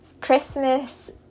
Christmas